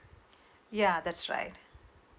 ya that's right